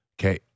okay